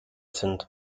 sind